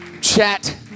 chat